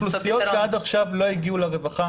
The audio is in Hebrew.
לאוכלוסיות שעד עכשיו לא הגיעו לרווחה.